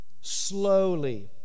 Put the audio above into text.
Slowly